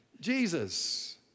Jesus